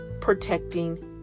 Protecting